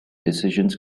decisions